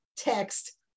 text